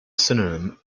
synonym